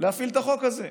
להפעיל את החוק הזה,